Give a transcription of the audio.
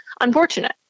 unfortunate